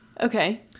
Okay